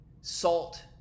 salt